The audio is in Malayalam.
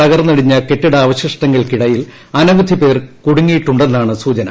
തകർന്നടിഞ്ഞ കെട്ടിടാവശിഷ്ടങ്ങൾക്കിടയിൽ അനവധി പേർ കുടുങ്ങിയിട്ടുണ്ടെന്നാണ് സൂചന